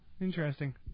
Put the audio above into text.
interesting